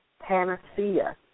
panacea